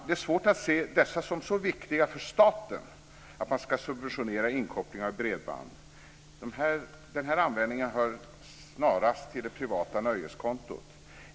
Det är svårt att se dessa som så viktiga för staten att man ska subventionera inkopplingar av bredband. De hör snarast till det privata nöjeskontot.